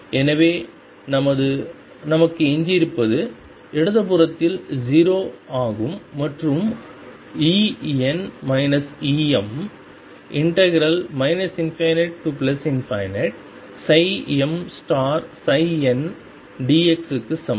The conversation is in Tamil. எனவே நமக்கு எஞ்சியிருப்பது இடது புறத்தில் 0 ஆகும் மற்றும் ∞mndx க்கு சமம்